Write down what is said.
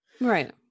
right